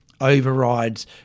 overrides